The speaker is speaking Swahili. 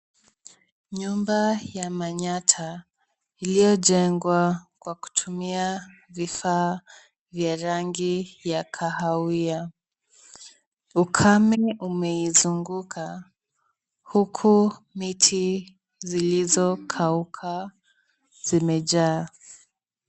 Nyumba ya manyatta, iliyojengwa kwa kutumia vifaa vya rangi ya kahawia. Ukame umeizunguka, huku miti zilizokauka zimejaa.